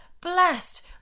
blessed